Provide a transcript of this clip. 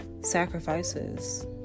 sacrifices